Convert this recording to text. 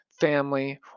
family